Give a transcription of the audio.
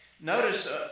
notice